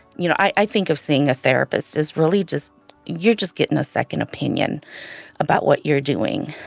you know, i think of seeing a therapist as really just you're just getting a second opinion about what you're doing.